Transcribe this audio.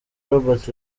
robert